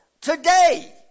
today